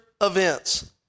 events